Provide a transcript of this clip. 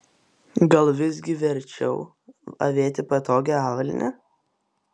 gal visgi verčiau avėti patogią avalynę